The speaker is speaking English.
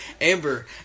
Amber